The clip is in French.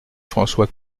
françois